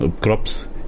crops